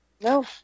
No